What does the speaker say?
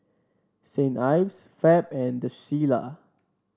Saint Ives Fab and The Shilla